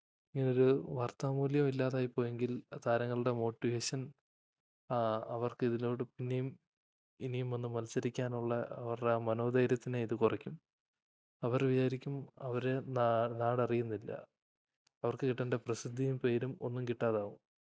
ഇങ്ങനൊരു വർത്താ മൂല്യമില്ലാതായിപ്പോയെങ്കിൽ ആ താരങ്ങളുടെ മോട്ടിവേഷൻ അവർക്കിതിലോട്ട് പിന്നെയും ഇനിയുമൊന്നും മത്സരിക്കാനുള്ള അവരുടെ ആ മനോധൈര്യത്തിനെ ഇത് കുറയ്ക്കും അവര് വിചാരിക്കും അവരെ നാടറിയുന്നില്ല അവർക്കു കിട്ടേണ്ട പ്രസിദ്ധിയും പേരും ഒന്നും കിട്ടാതാവും